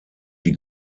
die